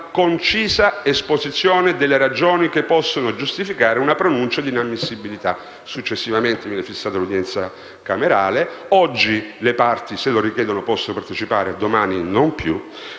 concisa esposizione delle ragioni che possono giustificare una pronuncia di inammissibilità e successivamente viene fissata l'udienza camerale alla quale oggi le parti, se lo richiedono, possono partecipare, mentre domani non più.